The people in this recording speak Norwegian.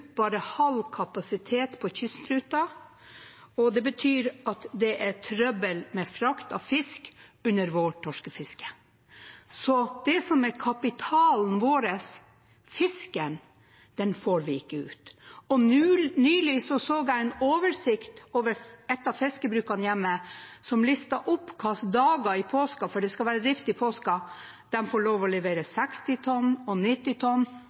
betyr at det er trøbbel med frakt av fisk under vårtorskefisket. Det som er kapitalen vår, fisken, får vi ikke ut. Nylig så jeg en oversikt over et av fiskebrukene hjemme, som listet opp hvilke dager i påsken – det skal være drift i påsken – de får lov til å levere 60 tonn og 90 tonn,